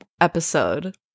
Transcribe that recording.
episode